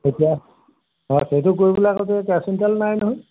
এতিয়া অঁ সেইটো কৰিবলৈ আকৌ এই কেৰাচিন তেল নাই নহয়